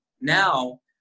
now